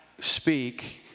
speak